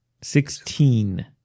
Sixteen